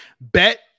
Bet